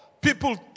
people